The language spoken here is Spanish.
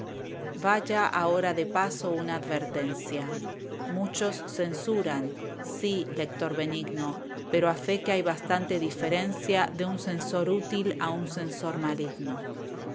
vaya ahora de paso una advertencia muchos censuran sí lector benigno pero a fe que hay bastante diferencia de un censor útil a un censor maligno